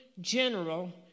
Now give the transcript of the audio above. general